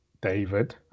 David